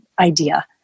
idea